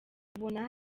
ubona